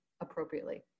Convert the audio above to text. appropriately